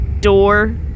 door